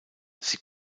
sie